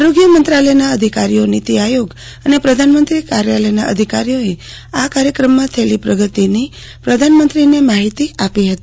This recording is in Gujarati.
આરોગ્ય મંત્રાલયના અધિકારીઓ નીતિ આયોગ અને પ્રધાનમંત્રી કાર્યાલયના અધિકારીઓએ આ કાર્યક્રમમાં થયેલી પ્રગતિની પ્રધાનમંત્રીને માહિતી આપી હતી